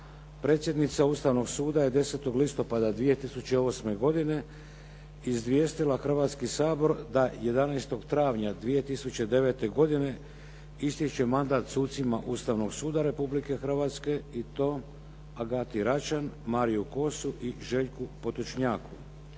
predsjednica Ustavnog suda je 10. listopada 2008. godine izvijestila Hrvatski sabor da 11. travnja 2009. godine istječe mandat sucima Ustavnog suda Republike Hrvatske i to Agati Račan, Mariu Kosu i Željku Potočnjaku.